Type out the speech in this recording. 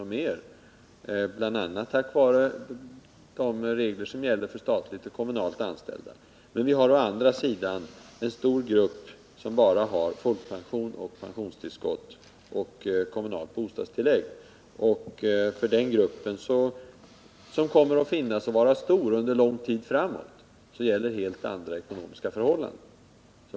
och mera, bl.a. tack vare de regler som gäller för statligt och kommunalt anställda, men vi har å andra sidan en stor grupp som bara har folkpension, pensionstillskott och kommunalt bostadstillägg. För den gruppen, som kommer att finnas och vara stor under lång tid framöver, gäller helt andra ekonomiska förhållanden.